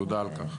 תודה על כך.